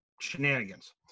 shenanigans